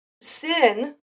sin